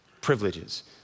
privileges